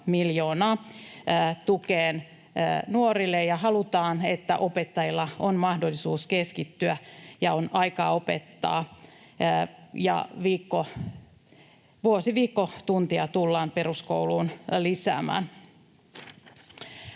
200 miljoonaa. Halutaan, että opettajilla on mahdollisuus keskittyä ja on aikaa opettaa, ja vuosiviikkotunteja tullaan peruskouluun lisäämään.